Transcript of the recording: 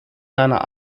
seiner